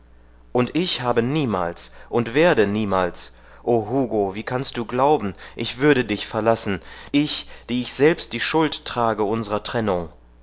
und ich habe niemals und werde niemals ohugo wie kannst du glauben ich würde dich verlassen ich die ich selbst die schuld trage unsrer trennung